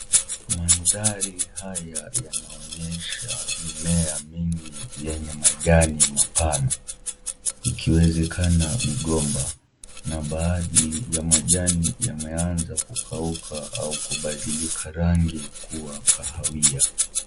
Mandhari haya yanaonyesha mimea mingi yenye majani mapana ikiwezekana migomba na baadhi ya majani yameanza kukauka au kubadilika rangi kuwa kahawia.